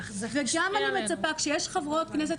וגם אני מצפה כשיש חברות כנסת,